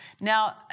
Now